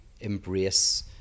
embrace